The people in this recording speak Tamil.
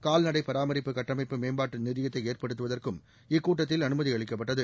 கால்நடை பராமரிப்பு கட்டமைப்பு மேம்பாட்டு நிதியத்தை ஏற்படுத்துவதற்கும் இக்கூட்டத்தில் அனுமதி அளிக்கப்பட்டது